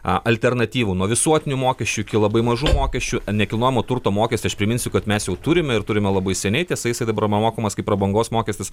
a alternatyvų nuo visuotinių mokesčių iki labai mažų mokesčių nekilnojamo turto mokestį aš priminsiu kad mes jau turime ir turime labai seniai tiesa jis yra dabar mokamas kaip prabangos mokestis